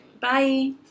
Bye